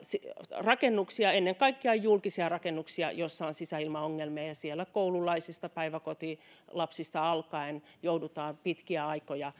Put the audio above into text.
rakennuksia ennen kaikkea julkisia rakennuksia joissa on sisäilmaongelmia ja siellä koululaisista päiväkotilapsista alkaen joudutaan pitkiä aikoja